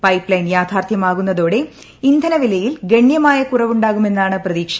pipe line യാഥാർത്ഥ്യമാകുന്നതോടെ ഇന്ധന വിലയിൽ ഗണ്യമായ കുറവുണ്ടാകുമെന്നാണ് പ്രതീക്ഷ